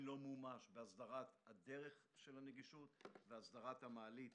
לא מומש בהסדרת הדרך של הנגישות והסדרת המעלית,